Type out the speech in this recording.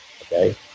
okay